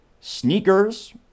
sneakers